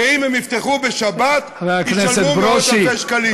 שאם הן יפתחו בשבת ישלמו מאות-אלפי שקלים.